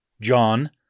John